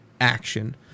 action